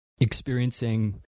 experiencing